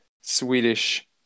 Swedish